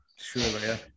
surely